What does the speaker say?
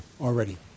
already